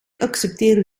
accepteer